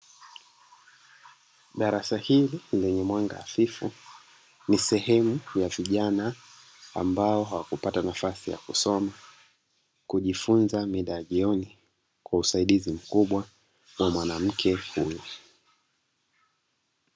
Darasa hili lenye mwanga hafifu, ni sehemu ya vijana ambao hawakupata nafasi ya kusoma kujifunza mida ya jioni kwa usaidizi mkubwa wa mwanamke huyu.